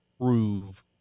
prove